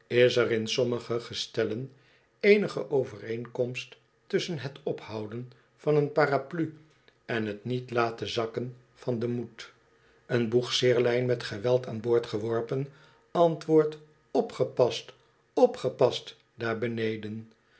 is er in sommige gestellen eenige overeenkomst tusschen het ophouden van een paraplu en het niet laten zakken van den moed een boegkeerlijn met geweld aan boord geworpen antwoordt opgepast opgepast daar beneden